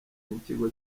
n’ikigo